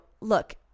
look